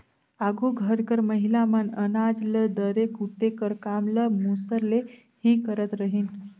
आघु घर कर महिला मन अनाज ल दरे कूटे कर काम ल मूसर ले ही करत रहिन